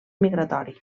migratori